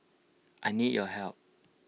I need your help